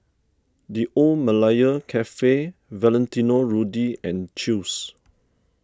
the Old Malaya Cafe Valentino Rudy and Chew's